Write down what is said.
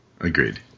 Agreed